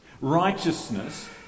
Righteousness